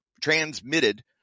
transmitted